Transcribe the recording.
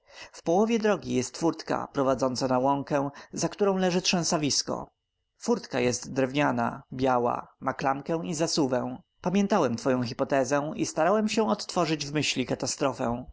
w połowie drogi jest furtka prowadząca na łąkę za którą leży trzęsawisko furtka jest drewniana biała ma klamkę i zasuwę pamiętałem twoją hypotezę i starałem się odtworzyć w myśli katastrofę